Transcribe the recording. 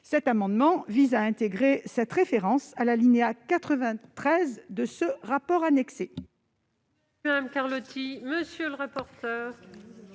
Cet amendement vise à intégrer cette référence à l'alinéa 93 du rapport annexé.